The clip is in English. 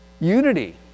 Unity